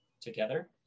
together